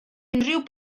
unrhyw